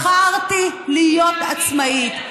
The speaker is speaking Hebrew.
בחרתי להיות עצמאית,